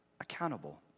accountable